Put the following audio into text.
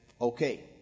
okay